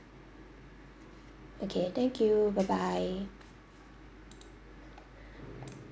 okay thank you bye bye